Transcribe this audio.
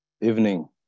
evening